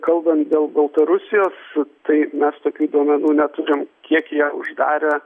kalbant dėl baltarusijos tai mes tokių duomenų neturim kiek jie uždarę